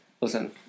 Listen